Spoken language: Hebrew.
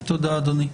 תודה, אדוני.